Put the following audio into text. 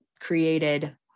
created